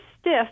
stiff